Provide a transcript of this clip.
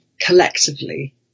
collectively